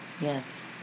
yes